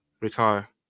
Retire